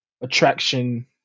attraction